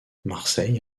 marseille